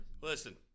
listen